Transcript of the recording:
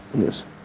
Yes